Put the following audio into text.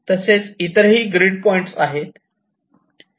तसेच इतरही ही ग्रीड पॉइंट आहे